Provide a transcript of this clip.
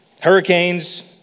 hurricanes